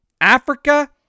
Africa